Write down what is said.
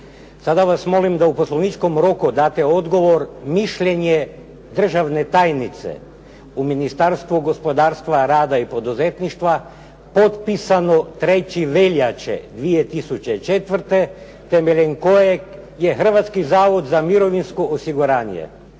Sada vas molim da u poslovničkom roku date odgovor, mišljenje državne tajnice u Ministarstvu gospodarstva, rada i poduzetništva potpisano 3. veljače 2004. temeljem kojeg je Hrvatski zavod za mirovinsko osiguranje